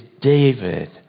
David